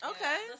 Okay